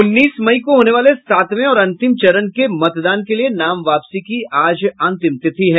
उन्नीस मई को होने वाले सातवें और अंतिम चरण के मतदान के लिए नाम वापसी की आज अंतिम तिथि है